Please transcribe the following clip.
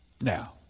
Now